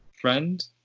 friend